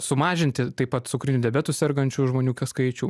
sumažinti taip pat cukriniu diabetu sergančių žmonių skaičių